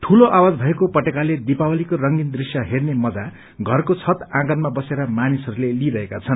दूलो आवाज भएको पटेकाले दीपावली रंगीन दृश्य हेँने मन्जा षरको छत आगनमा बसेर मानिसहरूले लिइरहेका छन्